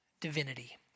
divinity